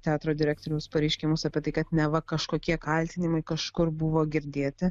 teatro direktoriaus pareiškimus apie tai kad neva kažkokie kaltinimai kažkur buvo girdėti